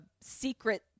secret